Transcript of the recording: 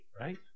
right